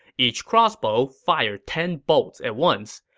each crossbow fired ten bolts at once.